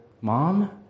Mom